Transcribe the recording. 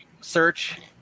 search